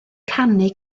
canu